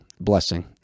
blessing